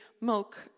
milk